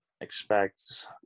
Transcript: expect